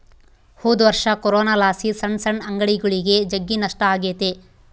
ಹೊದೊರ್ಷ ಕೊರೋನಲಾಸಿ ಸಣ್ ಸಣ್ ಅಂಗಡಿಗುಳಿಗೆ ಜಗ್ಗಿ ನಷ್ಟ ಆಗೆತೆ